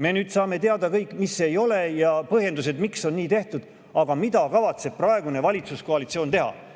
Me saame teada kõige kohta, mis ei ole [lahendus], ja põhjendused, miks on nii tehtud. Aga mida kavatseb praegune valitsuskoalitsioon teha?